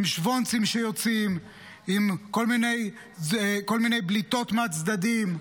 עם שוונצים שיוצאים, עם כל מיני בליטות מהצדדים,